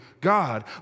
God